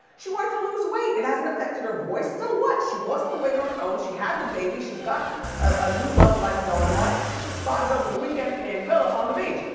she wanted to lose weight! it hasn't affected her voice. so what? she lost the weight on her own, she had the baby, she's got a new love life going on. she was spotted over the weekend in anguilla on the beach.